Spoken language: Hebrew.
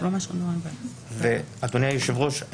אדוני היושב-ראש,